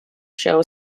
show